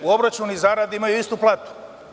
U obračunu zarade imaju istu platu.